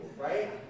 right